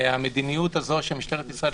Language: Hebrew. והמדיניות הזו שמשטרת ישראל,